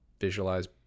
visualize